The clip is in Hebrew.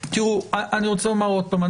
אני רוצה לומר עוד פעם,